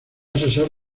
asesor